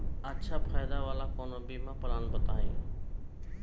अच्छा फायदा वाला कवनो बीमा पलान बताईं?